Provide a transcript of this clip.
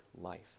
life